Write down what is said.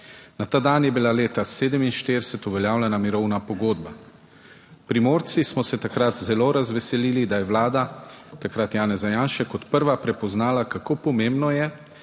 Na ta dan je bila leta 2047 uveljavljena mirovna pogodba. Primorci smo se takrat zelo razveselili, da je Vlada takrat Janeza Janše kot prva prepoznala kako pomembno je,